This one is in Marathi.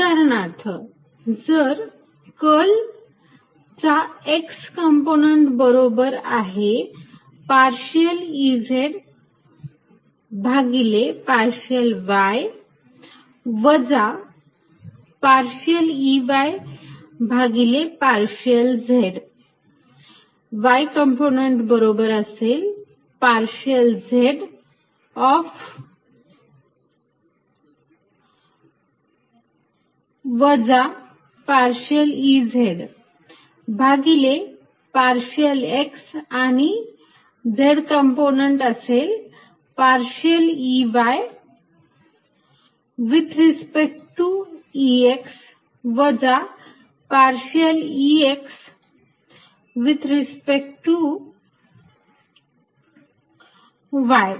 उदाहरणार्थ जर कर्ल चा x कंपोनंन्ट बरोबर आहे पार्शियल Ez भागिले पार्शियल y वजा पार्शियल Ey भागिले पार्शियल z y कंपोनंन्ट बरोबर असेल पार्शियल z ऑफ x वजा पार्शियल Ez भागिले पार्शियल x आणि z कंपोनंन्ट असेल partial Ey with respect to Ex वजा partial Ex with respect to y